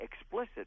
explicit